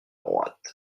droite